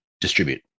distribute